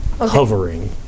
hovering